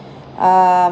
err